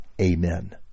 Amen